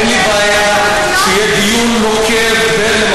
אין לי בעיה שיהיה דיון נוקב בין,